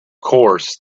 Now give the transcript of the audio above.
course